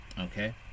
okay